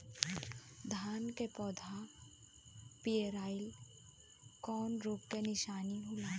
धान के पौधा पियराईल कौन रोग के निशानि ह?